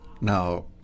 Now